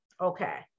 okay